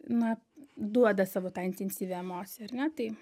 na duoda savo tą intensyvią emociją ar ne tai